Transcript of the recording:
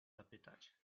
zapytać